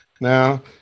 Now